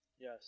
Yes